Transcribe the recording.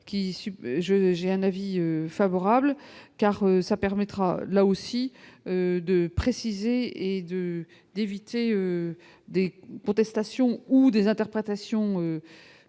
j'ai un avis favorable car ça permettra là aussi. De préciser et de d'éviter des. Protestation ou des interprétations.